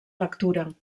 lectura